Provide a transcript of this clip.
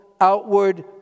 Outward